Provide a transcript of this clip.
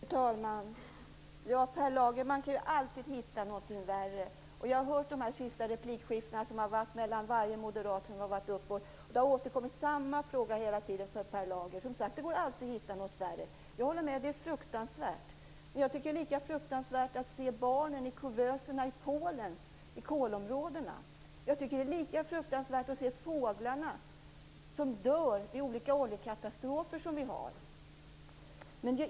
Fru talman! Ja, Per Lager, man kan alltid hitta någonting värre. Jag har hört de här sista replikskiftena efter varje moderat som har varit uppe, och det är samma fråga som återkommer hela tiden från Per Lager. Som sagt: Det går alltid att hitta någonting värre. Jag håller med om att det här är fruktansvärt. Men jag tycker att det är lika fruktansvärt att se barnen i kuvöserna i kolområdena i Polen. Jag tycker att det är lika fruktansvärt att se fåglarna som dör i olika oljekatastrofer.